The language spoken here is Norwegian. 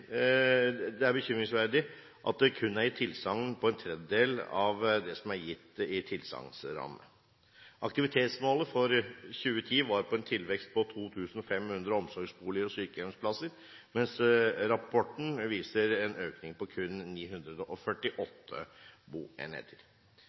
at det kun er gitt tilsagn på en tredjedel av det som er gitt i tilsagnsramme. Aktivitetsmålet for 2010 var en tilvekst på 2 500 omsorgsboliger og sykehjemsplasser, mens rapporteringen viser en økning på kun